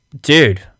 dude